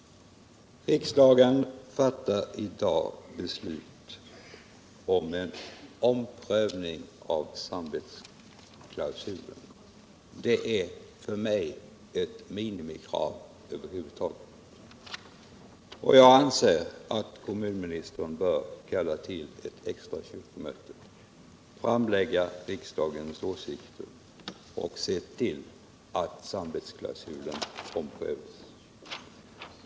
Riksdagen fattar i dag beslut om en omprövning av samvetsklausulen. Det är för mig ett minimikrav över huvud taget. Jag anser att kommunministern bör kalla till ett extra kyrkomöte, framlägga riksdagens åsikter och se till att samvetsklausulen omprövas.